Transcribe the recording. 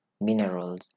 Minerals